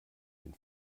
den